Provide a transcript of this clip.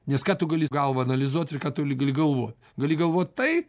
nes ką tu gali galva analizuot ir ką tu gali galvot gali galvot tai